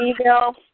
email